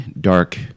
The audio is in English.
dark